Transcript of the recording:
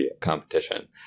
competition